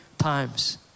times